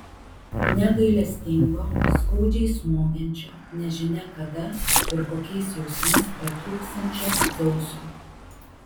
negailestingo skaudžiai smogiančio nežinia kada ir kokiais jausmais pratrūksiančio dzeuso